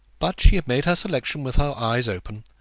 but she had made her selection with her eyes open,